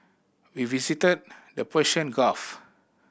we visited the Persian Gulf